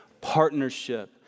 partnership